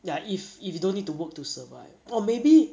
ya if if you don't need to work to survive or maybe